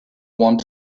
want